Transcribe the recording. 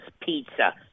pizza